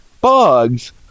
bugs